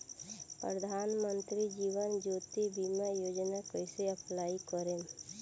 प्रधानमंत्री जीवन ज्योति बीमा योजना कैसे अप्लाई करेम?